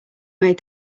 made